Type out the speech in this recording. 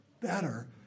better